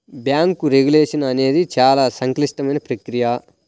bank regulation అనేది చాలా సంక్లిష్టమైన ప్రక్రియ